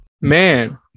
Man